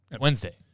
Wednesday